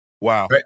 Wow